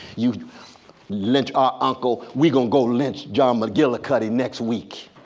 you lynch our uncle, we're gonna go lynch john mcgillicuddy next week.